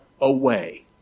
away